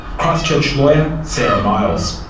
christchurch lawyer sarah miles.